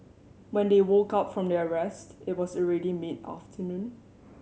when they woke up from their rest it was already mid afternoon